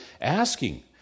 asking